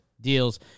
deals